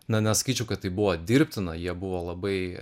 ne nesakyčiau kad tai buvo dirbtina jie buvo labai